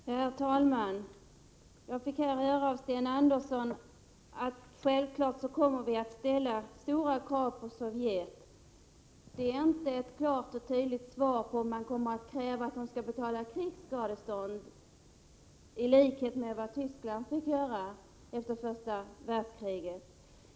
Herr talman! Jag fick nu höra av Sten Andersson att vi självfallet kommer att ställa stora krav på Sovjetunionen. Det var emellertid inte ett klart och tydligt svar på frågan om man kommer att kräva att Sovjetunionen skall betala krigsskadestånd på samma sätt som Tyskland fick göra efter första världskriget.